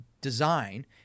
design—